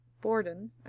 Borden